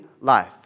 life